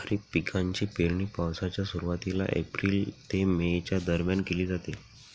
खरीप पिकांची पेरणी पावसाच्या सुरुवातीला एप्रिल ते मे च्या दरम्यान केली जाते